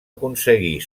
aconseguir